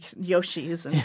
Yoshi's